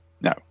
no